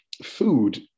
food